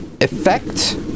effect